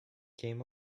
came